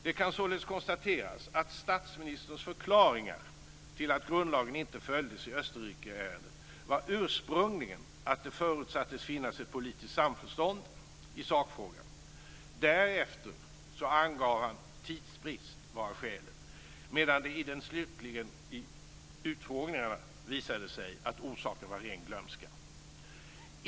Det kan således konstateras att statsministerns förklaringar till att grundlagen inte följdes i Österrikeärendet var ursprungligen att det förutsattes finnas ett politiskt samförstånd i sakfrågan. Därefter angav han tidsbrist vara skälet medan det slutligen i utfrågningarna visade sig att orsaken var ren glömska.